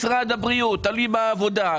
משרד הבריאות תלוי בעבודה,